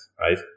right